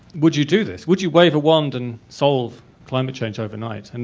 would you do this, would you wave a wand and solve climate change overnight? and